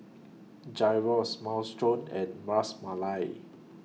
Gyros Minestrone and mars Malai